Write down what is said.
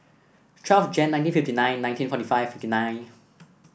twelve January nineteen fifty nine nineteen forty five fifty nine